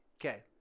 Okay